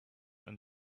and